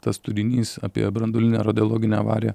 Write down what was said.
tas turinys apie branduolinę radiologinę avariją